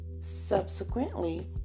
subsequently